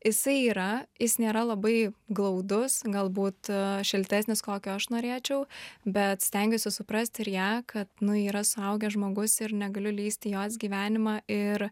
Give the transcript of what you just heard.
jisai yra jis nėra labai glaudus galbūt šiltesnis kokio aš norėčiau bet stengiuosi suprast ir ją kad nu yra suaugęs žmogus ir negaliu lįsti į jos gyvenimą ir